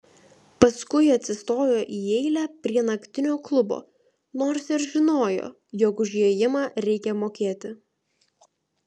paskui atsistojo į eilę prie naktinio klubo nors ir žinojo jog už įėjimą reikia mokėti